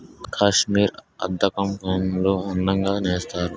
కాశ్మీరీ అద్దకం పనులు అందంగా నేస్తారు